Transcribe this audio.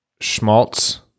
Schmaltz